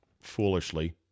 foolishly